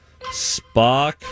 Spock